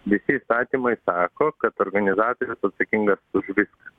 visi įstatymai sako kad organizatorius atsakingas už viską